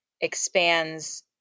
expands